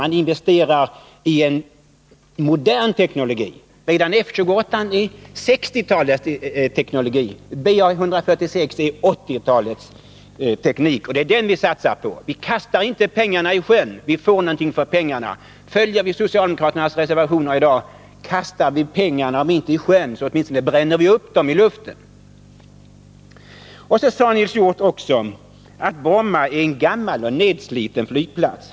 Man investerar då i en modern teknologi. Redan F 28 är 1960-talets teknologi. BA 146 är 1980-talets teknologi, och det är den vi satsar på. Vi kastar inte pengarna i sjön — vi får någonting för dem. Stöder vi socialdemokraternas reservationer i dag kastar vi kanske inte pengarna i sjön men vi bränner upp dem i luften. Nils Hjorth sade att Bromma är en gammal och nedsliten flygplats.